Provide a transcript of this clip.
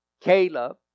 Caleb